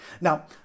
Now